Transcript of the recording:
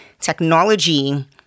technology